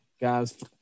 guys